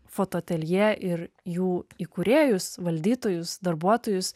fotoateljė ir jų įkūrėjus valdytojus darbuotojus